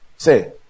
Say